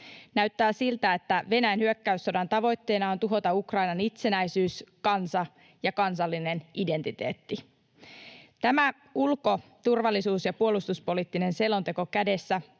Näyttää siltä, että Venäjän hyökkäyssodan tavoitteena on tuhota Ukrainan itsenäisyys, kansa ja kansallinen identiteetti. Tämä ulko‑, turvallisuus- ja puolustuspoliittinen selonteko kädessä